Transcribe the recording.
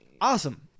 Awesome